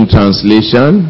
Translation